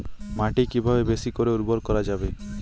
মাটি কিভাবে বেশী করে উর্বর করা যাবে?